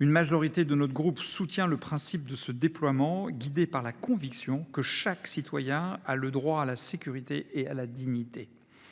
Une majorité des membres de notre groupe soutient le principe de ce déploiement, guidée par la conviction que chaque citoyen a droit à la sécurité et à la dignité.